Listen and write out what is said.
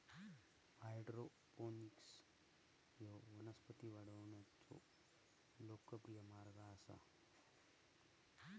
hydroponics ह्यो वनस्पती वाढवण्याचो लोकप्रिय मार्ग आसा